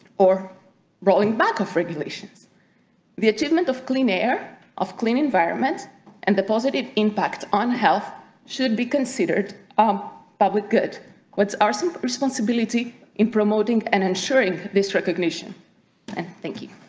or rolling back of regulations the achievement of clean air of clean environment and the positive impact on health should be considered um public good what are some responsibilities in promoting and ensuring this recognition and thank you